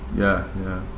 ya ya